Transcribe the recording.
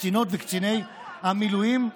קצינות וקציני המילואים.